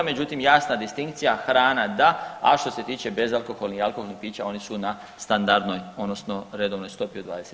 Međutim, jasna distinkcija, hrana da, a što se bezalkoholnih i alkoholnih pića oni su na standardnoj odnosno redovnoj stopi od 25.